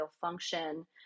function